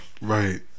right